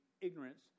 ignorance